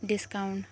discount